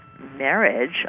Marriage